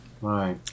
Right